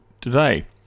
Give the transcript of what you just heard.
today